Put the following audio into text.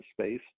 space